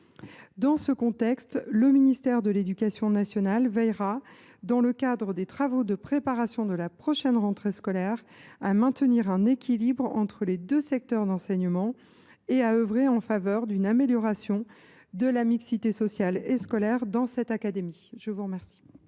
Dans ce contexte, le ministère de l’éducation nationale veillera, dans le cadre des travaux de préparation de la prochaine rentrée scolaire, à maintenir un équilibre entre les deux secteurs d’enseignement et à œuvrer en faveur d’une amélioration de la mixité sociale et scolaire dans cette académie. La parole